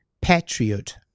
patriot